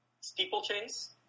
steeplechase